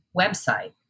website